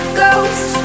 ghost